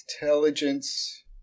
intelligence